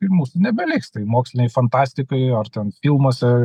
ir mūsų nebeliks tai mokslinėj fantastikoj ar ten filmuose